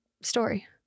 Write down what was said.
story